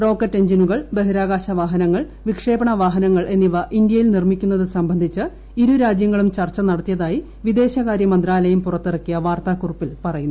rocket എൻജിനുകൾ ബഹിരാകാശ വാഹനങ്ങൾ വിക്ഷേപണ വാഹനങ്ങൾ എന്നിവ ഇന്ത്യയിൽ നിർമ്മിക്കുന്നത് സംബന്ധിച്ച് ഇരു രാജ്യങ്ങളും ചർച്ച നടത്തിയതായി വിദേശകാര്യ മന്ത്രാലയം പുറത്തിറക്കിയ വാർത്താകുറിപ്പിൽ പറയുന്നു